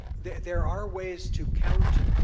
there there are ways to count